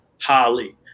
Holly